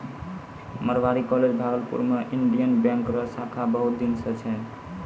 Marwari college Bhagalpur मे Indian Bank रो शाखा बहुत दिन से छै